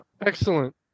Excellent